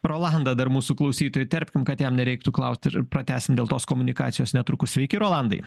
rolandą dar mūsų klausytą įterpkim kad jam nereiktų klaust ir pratęsim dėl tos komunikacijos netrukus sveiki rolandai